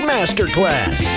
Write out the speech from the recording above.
Masterclass